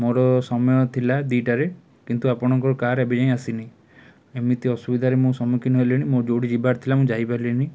ମୋର ସମୟ ଥିଲା ଦୁଇଟାରେ କିନ୍ତୁ ଆପଣଙ୍କ କାର୍ ଏବେ ଯାଏଁ ଆସିନି ଏମିତି ଅସୁବିଧାରେ ମୁଁ ସମ୍ମୁଖୀନ ହେଲେଣି ମୁଁ ଯେଉଁଠି ଯିବାର ଥିଲା ମୁଁ ଯାଇପାରିଲିନି